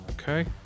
Okay